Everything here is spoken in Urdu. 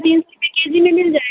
تین سو روپے کے جی میں مل جائے گا